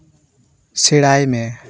ᱥᱮᱬᱟᱭ ᱢᱮ